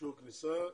אישור כניסה.